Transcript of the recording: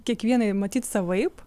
kiekvienai matyt savaip